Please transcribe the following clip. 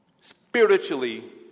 Spiritually